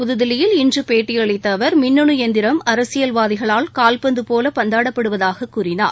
புத்தில்லியில் இன்று பேட்டி அளித்த அவர் மின்னணு எந்திரம் அரசியல்வாதிகளால் கால்பந்து போல பந்தாடப்படுவதாக கூறினார்